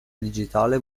digitale